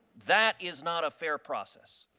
that is not a fair process.